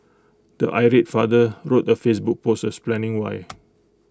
the irate father wrote A Facebook post explaining why